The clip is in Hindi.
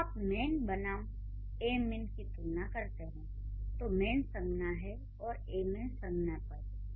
जब आप 'मैन' बनाम 'ए मैन' की तुलना करते हैं तो 'मैन' संज्ञा है और 'ए मैन' संज्ञा पद